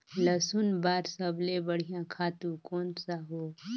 लसुन बार सबले बढ़िया खातु कोन सा हो?